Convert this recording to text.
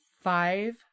five